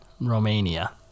Romania